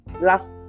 last